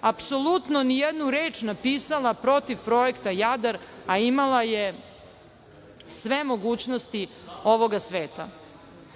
apsolutno reč napisala protiv Projekta „Jadar“, a imala je sve mogućnosti ovoga